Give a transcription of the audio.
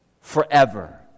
forever